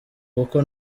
kuko